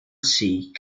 sea